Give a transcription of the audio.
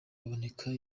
aboneka